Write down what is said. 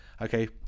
okay